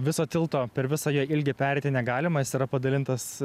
viso tilto per visą jo ilgį pereiti negalima jis yra padalintas